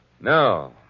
No